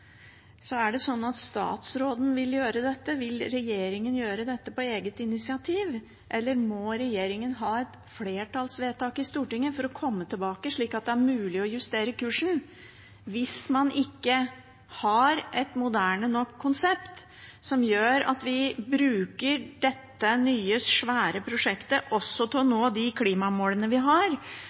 Er det sånn at statsråden og regjeringen vil gjøre dette på eget initiativ, eller må regjeringen ha et flertallsvedtak i Stortinget for å komme tilbake, slik at det er mulig å justere kursen? Vi må ha et moderne nok konsept som gjør at vi bruker dette nye, svære prosjektet også til å nå de klimamålene vi har,